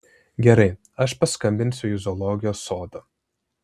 gerai aš paskambinsiu į zoologijos sodą